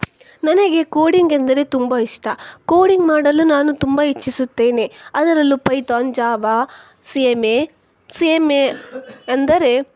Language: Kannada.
ನನಗೆ ಕೋಡಿಂಗ್ ಎಂದರೆ ತುಂಬ ಇಷ್ಟ ಕೋಡಿಂಗ್ ಮಾಡಲು ನಾನು ತುಂಬ ಇಚ್ಛಿಸುತ್ತೇನೆ ಅದರಲ್ಲೂ Python Java C M A C M A ಅಂದರೆ